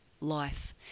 life